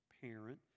parent